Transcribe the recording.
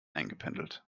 eingependelt